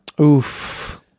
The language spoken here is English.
oof